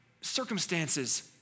circumstances